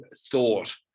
thought